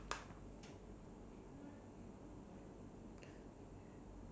what do you like to do what do you do every weekend catch up on my sleep ah